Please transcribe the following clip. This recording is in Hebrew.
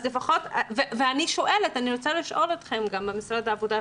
אני רוצה לשאול את משרד העבודה,